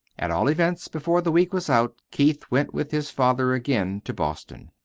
at all events, before the week was out keith went with his father again to boston.